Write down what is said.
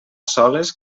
soles